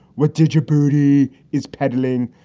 what did your booty is peddling?